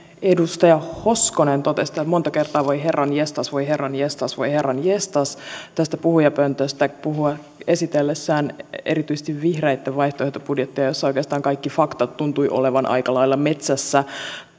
edustaja hoskonen totesi täällä monta kertaa että voi herranjestas voi herranjestas voi herranjestas tästä puhujapöntöstä esitellessään erityisesti vihreitten vaihtoehtobudjettia josta oikeastaan faktat tuntuivat olevan aika lailla metsässä